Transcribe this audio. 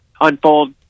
unfold